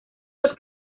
los